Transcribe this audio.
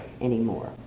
anymore